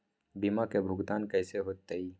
बीमा के भुगतान कैसे होतइ?